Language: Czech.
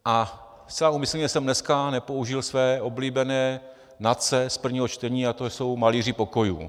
A zcela úmyslně jsem dneska nepoužil své oblíbené NACE z prvního čtení a to jsou malíři pokojů.